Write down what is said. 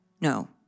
no